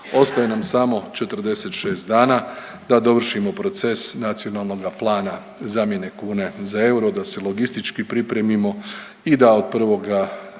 Ostaje nam samo 46 dana da dovršimo proces Nacionalnoga plana zamjene kune za euro da se logistički pripremimo i da od 1. siječnja